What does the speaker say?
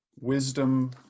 Wisdom